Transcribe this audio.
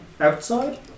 Outside